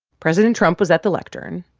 president trump was at the lectern.